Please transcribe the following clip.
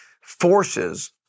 forces